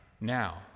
now